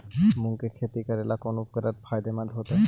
मुंग के खेती करेला कौन उर्वरक फायदेमंद होतइ?